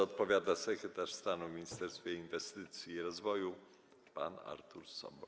Odpowiada sekretarz stanu w Ministerstwie Inwestycji i Rozwoju pan Artur Soboń.